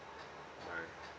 bye